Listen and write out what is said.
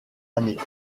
années